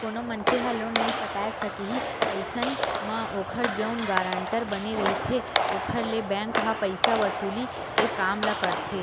कोनो मनखे ह लोन नइ पटाय सकही अइसन म ओखर जउन गारंटर बने रहिथे ओखर ले बेंक ह पइसा वसूली के काम ल करथे